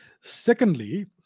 Secondly